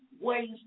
ways